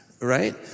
Right